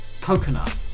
coconut